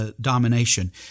Domination